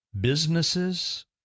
businesses